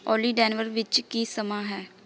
ਓਲੀ ਡੇਨਵਰ ਵਿੱਚ ਕੀ ਸਮਾਂ ਹੈ